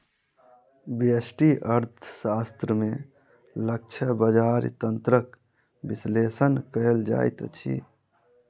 व्यष्टि अर्थशास्त्र में लक्ष्य बजार तंत्रक विश्लेषण कयल जाइत अछि